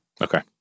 Okay